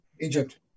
Egypt